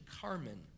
Carmen